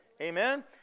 amen